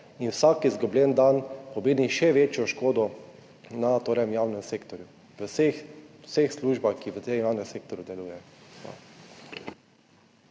in vsak izgubljen dan pomeni še večjo škodo na javnem sektorju v vseh službah, ki v tem javnem sektorju delujejo.